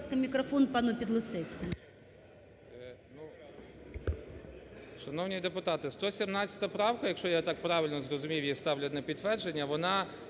ласка, мікрофон пану Підлісецькому.